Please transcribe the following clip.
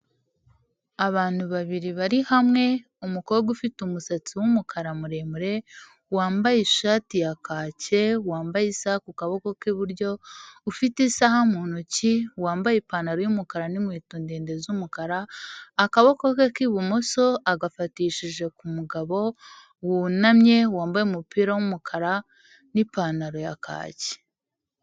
Abantu babiri bari hamwe, umukobwa ufite umusatsi w'umukara muremure, wambaye ishati ya kake, wambaye isaha ku kaboko k'iburyo, ufite isaha mu ntoki, wambaye ipantaro y'umukara n'inkweto ndende z'umukara, akaboko ke k'ibumoso agafatishije ku mugabo wunamye, wambaye umupira w'umukara n'ipantaro ya kake.